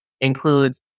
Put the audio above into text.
includes